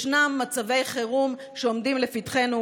ישנם מצבי חירום שעומדים לפתחנו.